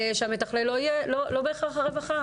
שהמתכלל יהיה לא בהכרח הרווחה.